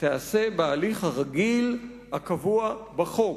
תיעשה בהליך הרגיל הקבוע בחוק,